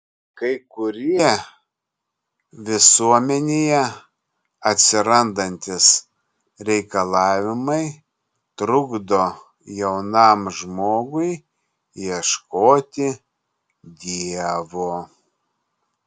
kai kurie visuomenėje atsirandantys reikalavimai trukdo jaunam žmogui ieškoti dievo